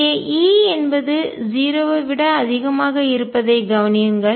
இங்கே E என்பது 0 ஐ விட அதிகமாக இருப்பதைக் கவனியுங்கள்